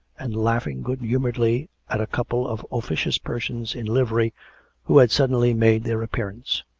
and laugh ing good-humouredly at a couple of officious persons in livery who had suddenly made their appearance.